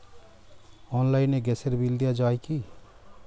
অনলাইনে গ্যাসের বিল দেওয়া যায় কি?